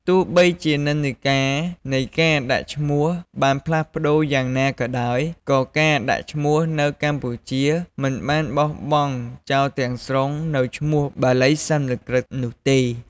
ទោះបីជានិន្នាការនៃការដាក់ឈ្មោះបានផ្លាស់ប្ដូរយ៉ាងណាក៏ដោយ ក៏ការដាក់ឈ្មោះនៅកម្ពុជាមិនបានបោះបង់ចោលទាំងស្រុងនូវឈ្មោះបាលីសំស្ក្រឹតនោះទេ។